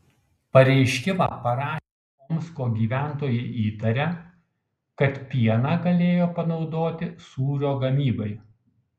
pareiškimą parašę omsko gyventojai įtaria kad pieną galėjo panaudoti sūrio gamybai